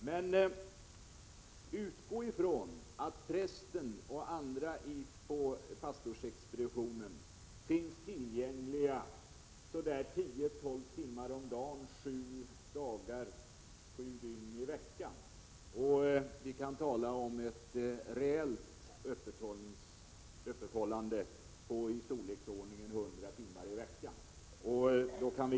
Men utgå från att prästen och andra på pastorsexpeditionen finns tillgängliga ca 10-12 timmar om dagen sju dagar i veckan, och vi kan tala om ett reellt öppethållande på uppemot 100 timmar i veckan.